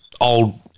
old